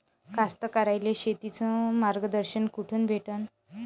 कास्तकाराइले शेतीचं मार्गदर्शन कुठून भेटन?